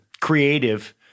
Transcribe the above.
creative